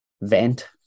vent